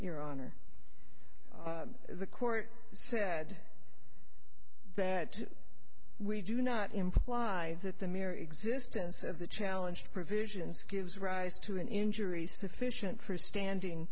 your honor the court said that we do not imply that the mere existence of the challenge provisions gives rise to an injury sufficient for standing